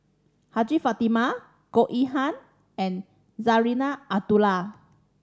Hajjah Fatimah Goh Yihan and Zarinah Abdullah